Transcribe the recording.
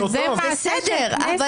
אבל זה מעשה של כנסת.